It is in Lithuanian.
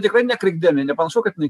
tikrai ne krikdeminė nepanašu kad jinai